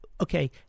Okay